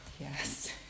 Yes